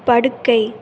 படுக்கை